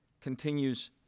continues